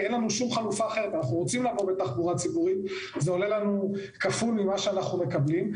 אין חלופה אחרת עולה להם כפול ממה שהם מקבלים.